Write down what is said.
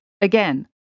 Again